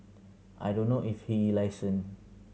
I don't know if he is licensed